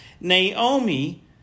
Naomi